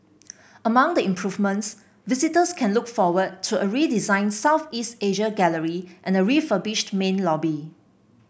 among the improvements visitors can look forward to a redesigned Southeast Asia gallery and a refurbished main lobby